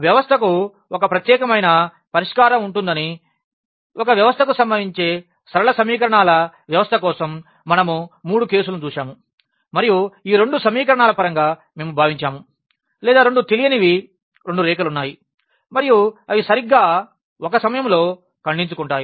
వ్యవస్థకు ఒక ప్రత్యేకమైన పరిష్కారం ఉంటుందని ఒక వ్యవస్థకు సంభవించే సరళ సమీకరణాల వ్యవస్థ కోసం మనము 3 కేసులను చూశాము మరియు ఈ రెండు సమీకరణాల పరంగా మేము భావించాము లేదా రెండు తెలియని రేఖలు ఉన్నాయి మరియు అవి సరిగ్గా ఒక సమయంలో ఖండించుకుంటాయి